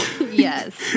Yes